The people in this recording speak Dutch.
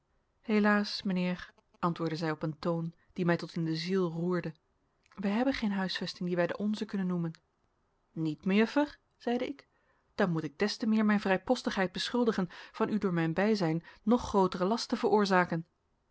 helaas mijnheer antwoordde zij op een toon die mij tot in de ziel roerde wij hebben geen huisvesting die wij de onze kunnen noemen niet mejuffer zeide ik dan moet ik des te meer mijn vrijpostigheid beschuldigen van u door mijn bijzijn nog grooteren last te veroorzaken